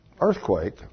earthquake